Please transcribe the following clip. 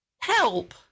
help